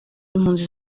impunzi